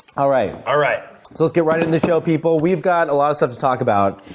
alright. alright. so let's get right into the show people. we've got a lot of stuff to talk about.